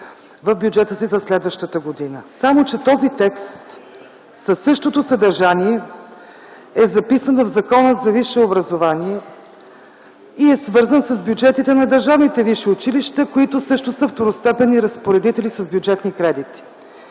в бюджета си за следващата година. Само че този текст със същото съдържание е записан в Закона за висшето образование и е свързан с бюджетите на държавните висши училища, които също са второстепенни разпоредители с бюджетни кредити.